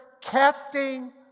Casting